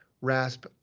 RASP